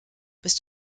bist